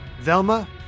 Velma